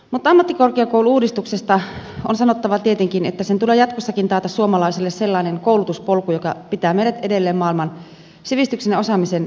mutta ammattikorkeakoulu uudistuksesta on sanottava tietenkin että sen tulee jatkossakin taata suomalaisille sellainen koulutuspolku joka pitää meidät edelleen maailman sivistyksen ja osaamisen kärjessä